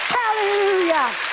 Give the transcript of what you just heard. hallelujah